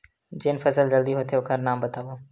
जेन फसल जल्दी होथे ओखर नाम बतावव?